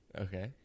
Okay